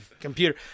computer